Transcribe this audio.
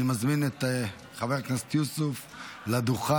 אני מזמין את חבר הכנסת יוסף לדוכן.